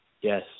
yes